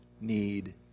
need